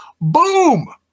Boom